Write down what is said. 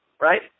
right